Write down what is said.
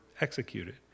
executed